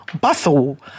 bustle